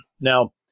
now